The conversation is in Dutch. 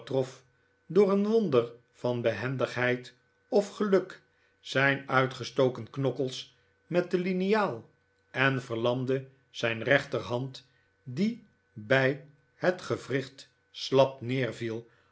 door een wonder van behendigheid of geluk zijn uitgestoken knokkels met de liniaal en verlamde zijn rechterhand die bij het gewricht slap